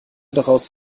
daraus